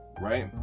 right